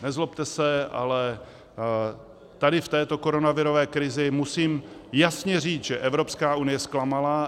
Nezlobte se, ale tady v této koronavirové krizi musím jasně říct, že Evropská unie zklamala.